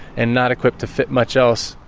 and not equipped to fit much else,